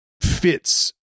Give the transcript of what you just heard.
fits